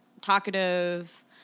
talkative